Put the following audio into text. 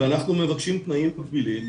ואנחנו מבקשים תנאים מגבילים,